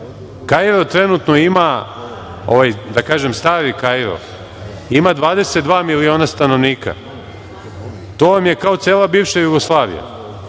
Kairo trenutno ima, ovaj, da kažem, stari Kairo ima 22 miliona stanovnika. To vam je kao cela bivša Jugoslavija.